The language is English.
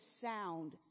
sound